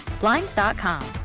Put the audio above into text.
Blinds.com